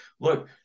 look